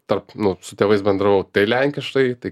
tarp nu su tėvais bendravau tai lenkiškai tai